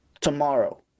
tomorrow